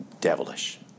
devilish